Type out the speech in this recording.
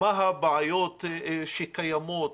מה הבעיות שקיימות,